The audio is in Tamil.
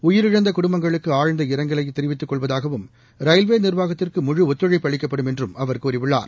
உயிரிழந்தகுடும்பங்களுக்குஆழ்ந்த தெரிவித்துகொள்வதாகவும் இரங்கலையும் ரயில்வேநிர்வாகத்திற்கு முழு ஒத்துழைப்பு அளிக்கப்படும் என்றும் அவர் கூறியுள்ளார்